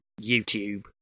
YouTube